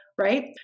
right